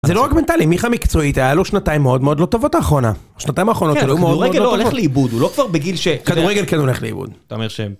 זה לא רק מנטלי, מיכה מקצועית, היה לו שנתיים מאוד מאוד לא טובות האחרונה. שנתיים האחרונות שלו, הוא מאוד לא טוב. כן, כדורגל לא הולך לאיבוד, הוא לא כבר בגיל ש... כדורגל כן הולך לאיבוד. אתה אומר ש...